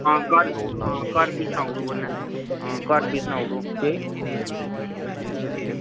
आं घर बी सनाई ओड़ो कन्नै आं घर बी सनाई ओड़ो